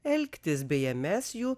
elgtis beje mes jų